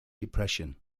depression